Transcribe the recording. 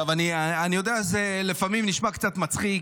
עכשיו, אני יודע, זה לפעמים נשמע קצת מצחיק.